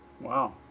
Wow